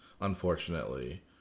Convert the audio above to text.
unfortunately